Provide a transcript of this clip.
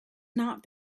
not